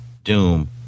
doom